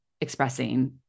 expressing